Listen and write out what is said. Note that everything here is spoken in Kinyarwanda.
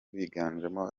biganjemo